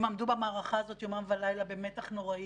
הם עמדו במערכה הזאת יומם ולילה במתח נוראי,